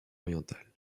orientale